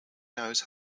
knows